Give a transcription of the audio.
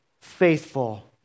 faithful